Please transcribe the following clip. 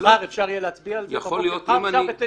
מחר יהיה אפשר להצביע על זה בתשע בבוקר?